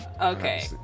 Okay